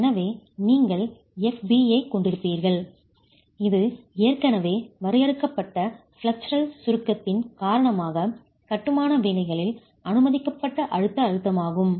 எனவே நீங்கள் Fb ஐக் கொண்டிருப்பீர்கள் இது ஏற்கனவே வரையறுக்கப்பட்ட பிளேஸுரால் சுருக்கத்தின் காரணமாக கட்டுமான வேலைகளில் அனுமதிக்கப்பட்ட அழுத்த அழுத்தமாகும்